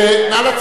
נא לצאת.